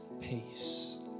peace